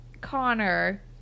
Connor